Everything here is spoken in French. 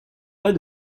pas